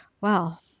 well